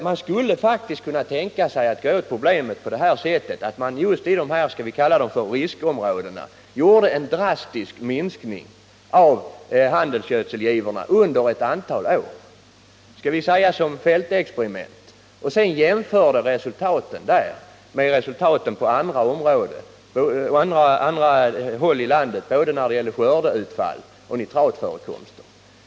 Man skulle faktiskt kunna tänka sig att angripa problemet genom att, förslagsvis såsom fältexperiment, just i de här ”riskområdena” göra en drastisk minskning av handelsgödselgivorna under ett antal år och sedan jämföra resultaten därifrån med resultaten från jordbruksområden på andra håll i landet både när det gäller skördeutfall och nitratförekomster.